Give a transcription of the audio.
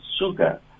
sugar